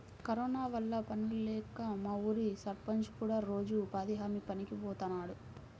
corona వల్ల పనుల్లేక మా ఊరి సర్పంచ్ కూడా రోజూ ఉపాధి హామీ పనికి బోతన్నాడు